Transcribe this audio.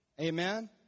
Amen